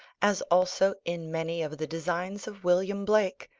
as also in many of the designs of william blake,